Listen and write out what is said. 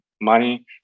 money